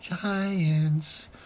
Giants